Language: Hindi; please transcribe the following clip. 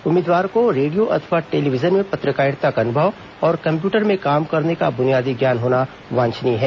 उम्मीदवार को रेडियो अथवा टेलीविजन में पत्रकारिता का अनुभव और कम्प्यूटर में काम करने का ब्नियादी ज्ञान होना वांछनीय है